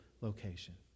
location